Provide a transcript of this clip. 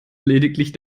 lediglich